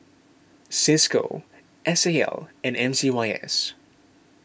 Cisco S A L and M C Y S